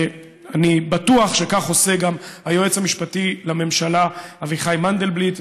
ואני בטוח שכך עושה גם היועץ המשפטי לממשלה אביחי מנדלבליט,